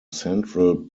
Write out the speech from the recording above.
central